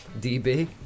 DB